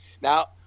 Now